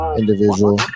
individual